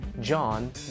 John